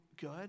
good